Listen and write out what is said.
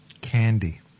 Candy